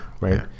Right